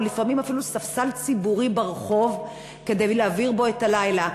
או לפעמים אפילו ספסל ציבורי ברחוב כדי להעביר בו את הלילה.